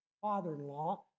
father-in-law